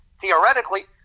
theoretically